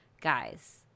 guys